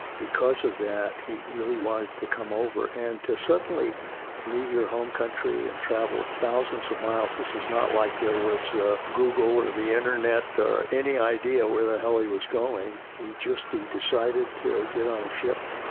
because of that, he really wanted to come over. and to suddenly leave your home country and travel thousands of miles this is not like there was google or and the internet or any idea where the hell he was going. he just he decided to get on a ship,